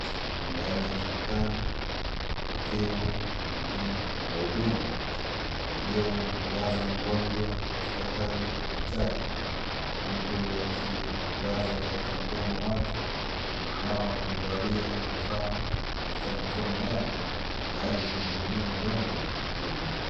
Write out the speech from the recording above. Ndani ya hospitali, wakiwa ni wahudumu waliomlaza mgonjwa katika hali ya chali, huku wakiangaza katika mdomo wake, nao wamevalia vifaa katika mikono yao, tayari kumuhudumia mgonjwa kumtoa meno.